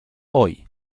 hoy